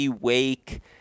wake